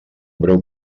breu